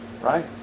Right